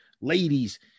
ladies